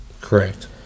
Correct